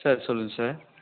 sir சொல்லுங்க sir